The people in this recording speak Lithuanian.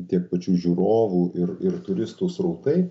tiek pačių žiūrovų ir ir turistų srautai